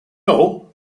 all